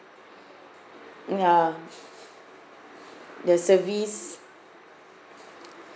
ya the service